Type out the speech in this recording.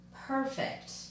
perfect